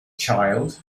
child